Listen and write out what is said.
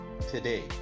today